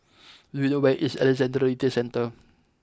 do you know where is Alexandra Retail Centre